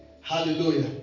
Hallelujah